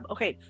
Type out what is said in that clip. Okay